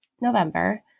November